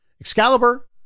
Excalibur